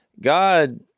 God